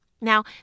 Now